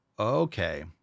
Okay